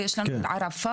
ויש לנו את ערפאת.